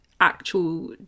actual